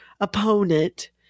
opponent